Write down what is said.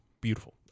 Beautiful